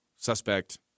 suspect